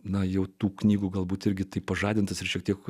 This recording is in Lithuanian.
na jau tų knygų galbūt irgi taip pažadintas ir šiek tiek